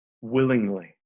willingly